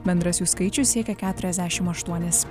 bendras jų skaičius siekia keturiasdešim aštuonis